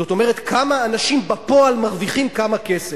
זאת אומרת: כמה אנשים בפועל מרוויחים כמה כסף.